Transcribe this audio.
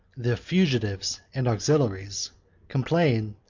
the fugitives and auxiliaries complained,